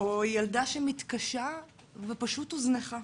או ילדה שמתקשה ופשוט הוזנחה,